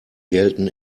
gelten